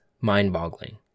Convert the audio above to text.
mind-boggling